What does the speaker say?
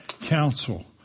counsel